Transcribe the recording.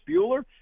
Bueller